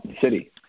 city